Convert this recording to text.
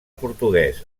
portuguès